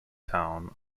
town